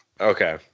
Okay